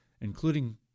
including